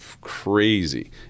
crazy